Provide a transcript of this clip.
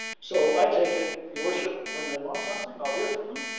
so i take it, your worship, when they want something i will hear from them.